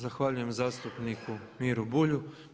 Zahvaljujem zastupniku Miru Bulju.